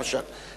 למשל.